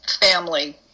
family